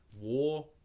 War